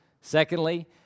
Secondly